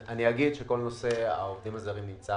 אני אגיד שכל נושא העובדים הזרים נמצא